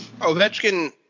Ovechkin